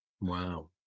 Wow